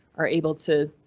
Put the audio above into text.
are able to.